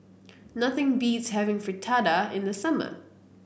nothing beats having Fritada in the summer